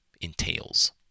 entails